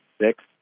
six